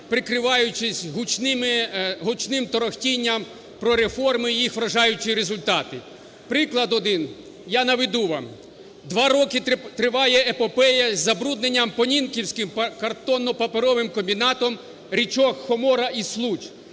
прикриваючись гучним торохтінням про реформи і їх вражаючі результати. Приклад один я наведу вам. Два роки триває епопея з забрудненням "Понінківським картонно-паперовим комбінатом" річок Хомора і Случ.